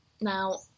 Now